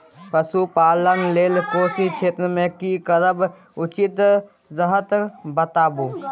पशुपालन लेल कोशी क्षेत्र मे की करब उचित रहत बताबू?